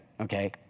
Okay